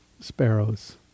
sparrows